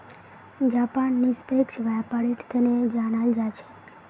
Japan निष्पक्ष व्यापारेर तने जानाल जा छेक